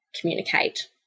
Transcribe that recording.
communicate